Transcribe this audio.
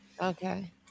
Okay